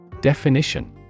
Definition